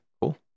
Cool